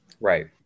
Right